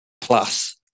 plus